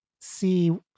see